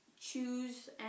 choose